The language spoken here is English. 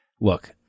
look